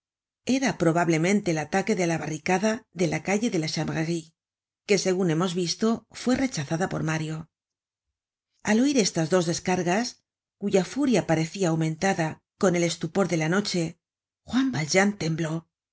era probablemente el ataque de la barricada de la calle de la chanvferie que segun hemos visto fue rechazada por mario al oir estas dos descargas cuya furia parecia aumentada con el estupor de la noche juan valjean tembló